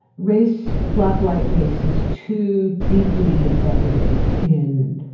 race black-white race is too deeply embedded in